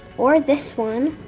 or this one,